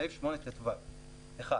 בסעיף 8טו - 1.